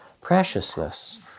preciousness